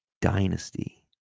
dynasty